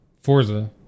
Forza